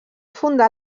fundà